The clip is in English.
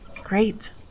Great